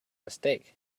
mistake